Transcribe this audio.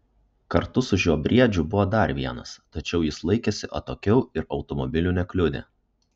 kartu su šiuo briedžiu buvo dar vienas tačiau jis laikėsi atokiau ir automobilių nekliudė